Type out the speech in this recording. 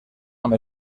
amb